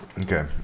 Okay